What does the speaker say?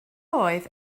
oedd